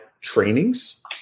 trainings